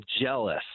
jealous